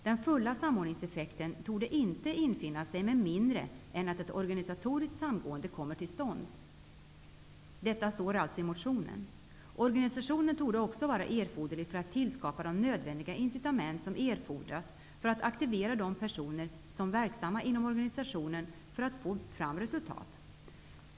Den fulla samordningseffekten torde inte infinna sig med mindre än att ett organisatoriskt samgående kommer till stånd. Detta står alltså i motionen. Organisationen torde också vara erforderlig för att tillskapa de nödvändiga incitament som erfordras för att aktivera de personer som är verksamma inom organisationen för att få fram resultat.